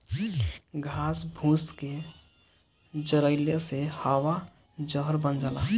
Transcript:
घास फूस के जरइले से हवा जहर बन जाला